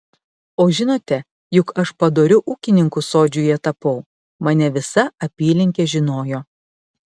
o žinote juk aš padoriu ūkininku sodžiuje tapau mane visa apylinkė žinojo